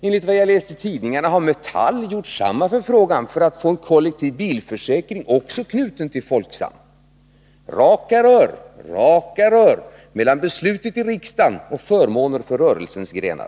Enligt vad jag harläst i tidningarna har Metall gjort samma förfrågan för att också få en kollektiv bilförsäkring knuten till Folksam. Raka rör mellan beslutet i riksdagen och förmåner för rörelsens grenar!